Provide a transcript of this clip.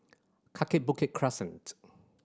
Kaki Bukit Crescent